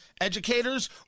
educators